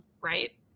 Right